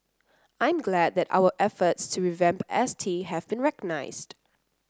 I'm glad that our efforts to revamp S T have been recognised